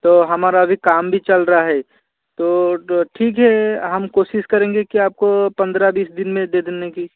तो हमारा अभी काम भी चल रहा है तो ठीक है हम कोशिश करेंगे कि आपको पंद्रह बीस दिन में दे देने की